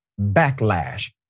backlash